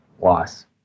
loss